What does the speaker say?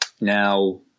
Now